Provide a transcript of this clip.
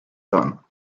done